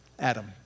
Adam